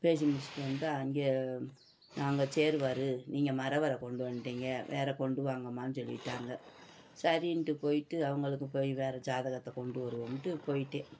பேசி முடிச்சுட்டு வந்து அங்கே நாங்கள் சேருவார் நீங்கள் மறவரை கொண்டுட்டு வந்துவிட்டீங்க வேறு கொண்டுவாங்கம்மான்னு சொல்லிவிட்டாங்க சரின்ட்டு போய்விட்டு அவங்களுக்கு போய் வேறு ஜாதகத்தை கொண்டு வருவோம்ன்ட்டு போய்விட்டேன்